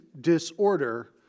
disorder